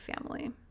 family